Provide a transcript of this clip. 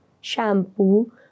shampoo